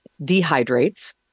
dehydrates